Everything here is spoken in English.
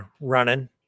running